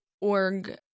org